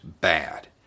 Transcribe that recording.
bad